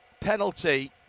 penalty